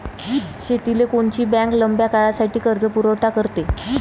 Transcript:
शेतीले कोनची बँक लंब्या काळासाठी कर्जपुरवठा करते?